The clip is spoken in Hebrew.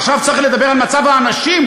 עכשיו צריך לדבר על מצב האנשים,